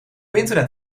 internet